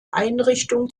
einrichtung